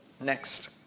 next